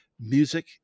music